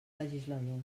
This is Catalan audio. legislador